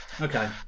Okay